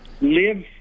live